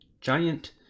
giant